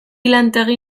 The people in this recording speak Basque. lantegi